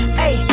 hey